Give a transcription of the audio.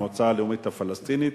המועצה הלאומית הפלסטינית,